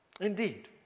Indeed